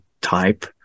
type